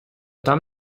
там